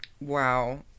Wow